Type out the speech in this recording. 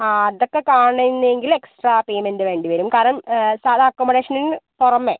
ആ അതൊക്കെ കാണണമെങ്കിൽ എക്സ്ട്രാ പേയ്മെന്റ് വേണ്ടി വരും കാരണം സാധാ അക്കോമഡേഷന് പുറമേ